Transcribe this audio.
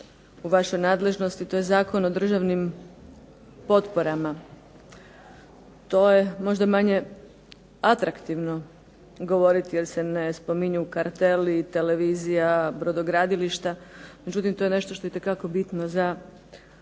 u vašoj nadležnosti, to je Zakon o državnim potporama. To je možda manje atraktivno govoriti jer se ne spominju karteli, televizija, brodogradilišta međutim to je nešto što je itekako bitno za